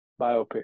biopic